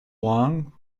long